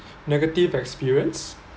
negative experience